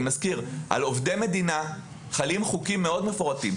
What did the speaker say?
אני מזכיר שעל עובדי מדינה חלים חוקים מאוד מפורטים.